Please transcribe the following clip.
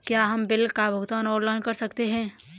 क्या हम बिल का भुगतान ऑनलाइन कर सकते हैं?